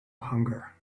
hunger